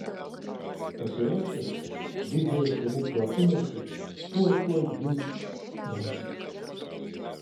pasiruošęs didžiojo stebuklo akimirkai tuoj tuoj gims muzika